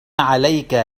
عليك